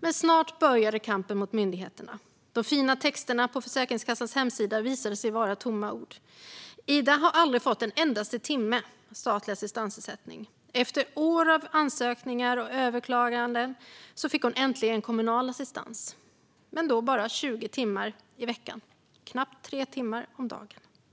Men snart började kampen mot myndigheterna. De fina texterna på Försäkringskassans hemsida visade sig vara tomma ord. Ida har aldrig fått statlig assistansersättning, inte för en endaste timme. Efter år av ansökningar och överklaganden fick hon äntligen kommunal assistans men då bara 20 timmar i veckan, knappt tre timmar om dagen.